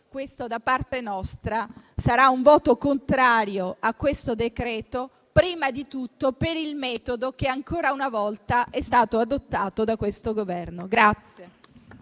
che da parte nostra ci sarà un voto contrario su questo decreto, prima di tutto per il metodo che ancora una volta è stato adottato da questo Governo.